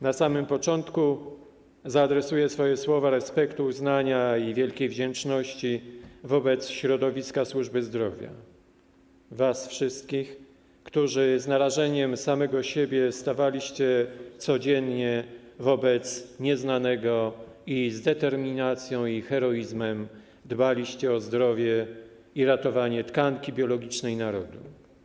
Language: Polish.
Na samym początku zaadresuję swoje słowa respektu, uznania i wielkiej wdzięczności do środowiska służby zdrowia, was wszystkich, którzy z narażeniem samych siebie stawaliście codziennie wobec nieznanego i z determinacją i heroizmem dbaliście o zdrowie i ratowanie tkanki biologicznej narodu.